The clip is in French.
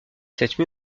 cette